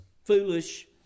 foolish